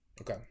Okay